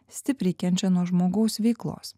stipriai kenčia nuo žmogaus veiklos